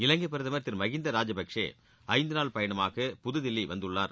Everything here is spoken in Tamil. இலங்கை பிரதமர் திரு மஹிந்த ராஜபக்சே ஐந்து நாள் பயணமாக புதுதில்லி வந்துள்ளார்